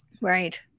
Right